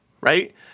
right